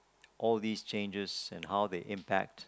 all these changes and how they impact